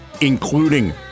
including